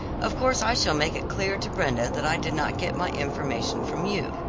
of course i shall make it clear to brenda that i did not get my information from you.